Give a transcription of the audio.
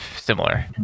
similar